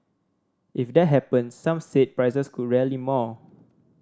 if that happen some said prices could rally more